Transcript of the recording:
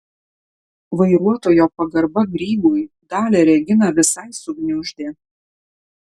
vairuotojo pagarba grygui dalią reginą visai sugniuždė